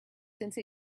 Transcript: since